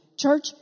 Church